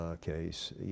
case